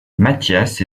mathias